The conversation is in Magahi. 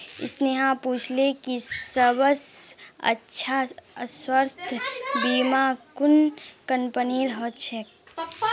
स्नेहा पूछले कि सबस अच्छा स्वास्थ्य बीमा कुन कंपनीर ह छेक